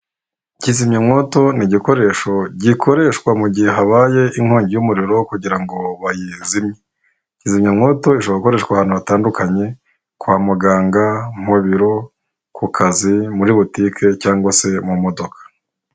Kizimyamwoto ni igikoresho gikoreshwa mu gihe habaye inkongi y'umuriro kugira ngo bayizimye. Kizimyamwoto ishobora gukoreshwa ahantu hatandukanye kwa muganga, mu biro, ku kazi, muri butike cyangwa se mu modoka.